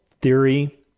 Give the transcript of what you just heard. theory